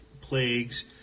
plagues